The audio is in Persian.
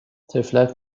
طفلک